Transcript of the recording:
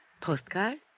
Postcard